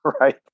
right